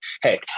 hey